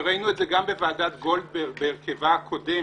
ראינו את זה גם בוועדת גולדברג בהרכבה הקודם,